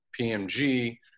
PMG